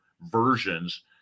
versions